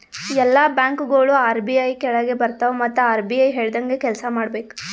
ಎಲ್ಲಾ ಬ್ಯಾಂಕ್ಗೋಳು ಆರ್.ಬಿ.ಐ ಕೆಳಾಗೆ ಬರ್ತವ್ ಮತ್ ಆರ್.ಬಿ.ಐ ಹೇಳ್ದಂಗೆ ಕೆಲ್ಸಾ ಮಾಡ್ಬೇಕ್